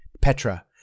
Petra